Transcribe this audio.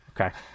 Okay